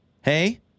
Hey